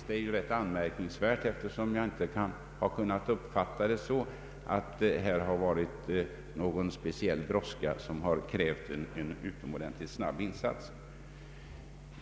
Det sista är rätt anmärkningsvärt eftersom jag inte kunnat finna att här förelegat någon speciell brådska som krävt en utomordentligt snabb insats.